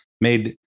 made